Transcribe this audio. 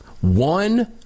One